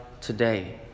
today